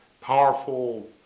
powerful